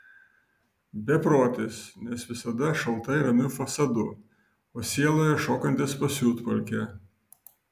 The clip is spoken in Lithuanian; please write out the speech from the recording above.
beprotis nes visada šaltai ramiu fasadu o sieloje šokantis pasiutpolkę